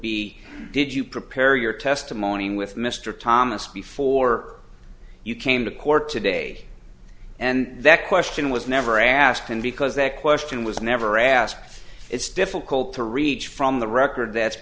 be did you prepare your testimony with mr thomas before you came to court today and that question was never asked and because that question was never asked it's difficult to reach from the record that's